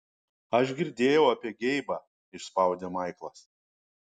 aš girdėjau apie geibą išspaudė maiklas